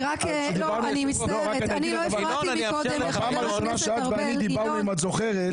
אם את זוכרת,